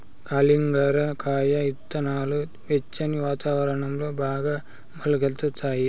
కలింగర కాయ ఇత్తనాలు వెచ్చని వాతావరణంలో బాగా మొలకెత్తుతాయి